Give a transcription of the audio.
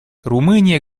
румыния